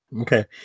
okay